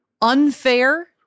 unfair